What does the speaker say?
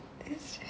that's